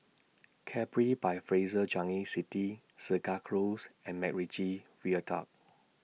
Capri By Fraser Changi City Segar Close and Macritchie Viaduct